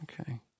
Okay